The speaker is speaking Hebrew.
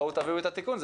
בואו תביאו את התיקון,